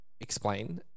Explain